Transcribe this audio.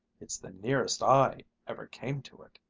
it's the nearest i ever came to it!